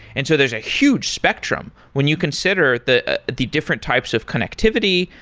and so there's a huge spectrum when you consider the the different types of connectivity,